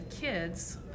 kids